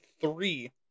three